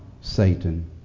Satan